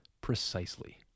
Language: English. precisely